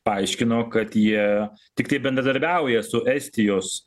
paaiškino kad jie tiktai bendradarbiauja su estijos